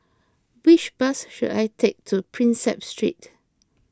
which bus should I take to Prinsep Street